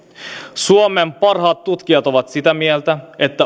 suomen parhaat tutkijat ovat sitä mieltä että